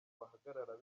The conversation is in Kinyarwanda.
bahagarara